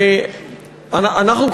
אנחנו,